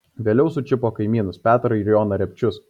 vėliau sučiupo kaimynus petrą ir joną repčius